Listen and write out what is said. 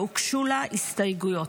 והוגשו לה הסתייגויות.